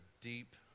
deep